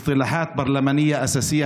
(אומר בערבית: מושגי יסוד בפרלמנט הישראלי,